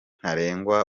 ntarengwa